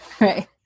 Right